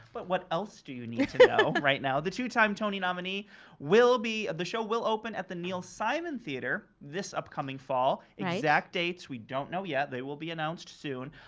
but what else do you need to know right now? the two-time tony nominee will be of the show will open at the neil simon theatre this upcoming fall. exact dates we don't know yet they will be announced soon.